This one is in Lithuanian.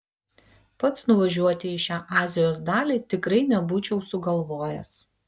pats nuvažiuoti į šią azijos dalį tikrai nebūčiau sugalvojęs